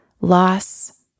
loss